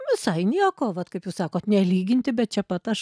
visai nieko vat kaip jūs sakot nelyginti bet čia pat aš